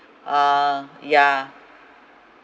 uh yeah